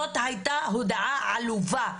זאת היתה הודעה עלובה.